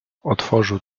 otworzył